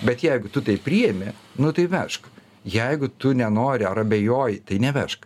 bet jeigu tu tai priemi nu tai vežk jeigu tu nenori ar abejoji tai nevežk